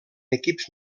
equips